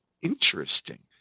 interesting